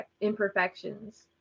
imperfections